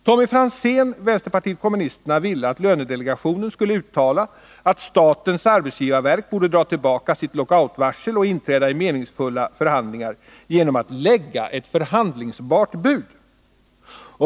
Tommy Franzén ville att lönedelegationen skulle uttala att statens arbetsgivarverk borde dra tillbaka sitt lockoutvarsel och inträda i meningsfulla förhandlingar genom att lägga ett förhandlingsbart bud.